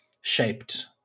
shaped